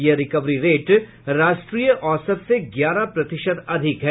यह recovery rate राष्ट्रीय औसत से ग्यारह प्रतिशत अधिक है